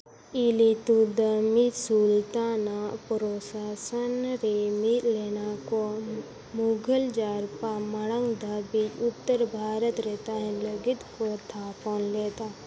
ᱤᱞᱛᱩᱫᱢᱤᱥ ᱥᱩᱞᱛᱟᱱᱟᱜ ᱯᱨᱚᱥᱟᱥᱚᱱ ᱨᱮ ᱢᱤᱫ ᱞᱮᱱᱟ ᱠᱚ ᱢᱩᱠᱷᱚᱞ ᱡᱟᱨᱯᱟ ᱢᱟᱲᱟᱝ ᱫᱷᱟᱹᱵᱤᱡ ᱩᱛᱛᱚᱨ ᱵᱷᱟᱨᱚᱛ ᱨᱮ ᱛᱟᱦᱮᱱ ᱞᱟᱹᱜᱤᱫ ᱠᱚ ᱛᱷᱟᱯᱚᱱ ᱞᱮᱫᱟ